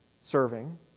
serving